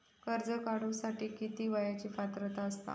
कर्ज काढूसाठी किती वयाची पात्रता असता?